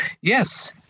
Yes